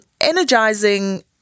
energizing